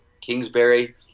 Kingsbury